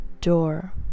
door